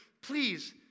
please